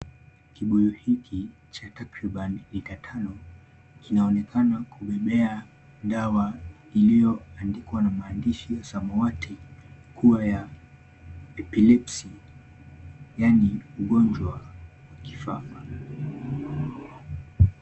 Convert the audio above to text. Kibuyu hiki cha takriban lita tano kinaonekana kubebea dawa iliyoandikwa na maandishi ya samawati, kuwa ya Epilepsy yaani ugonjwa wa kifafa.